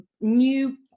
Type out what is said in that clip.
new